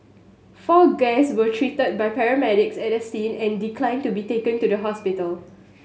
four guests were treated by paramedics at the scene and declined to be taken to the hospital